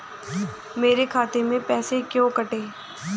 मेरे खाते से पैसे क्यों कटे?